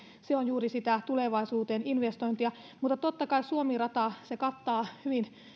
se on juuri sitä tulevaisuuteen investointia mikäli me haluamme torjua ilmastonmuutosta totta kai suomi rata kattaa hyvin